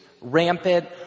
rampant